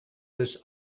this